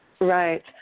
Right